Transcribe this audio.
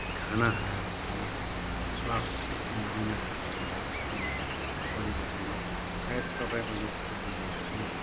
खाना खाएर खानाको स्वाद एकदम लिने भएको छ मेरो सबै मेरा परिवारले नै सायद तपाईँको यो खानाले हामी